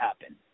happen